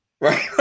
right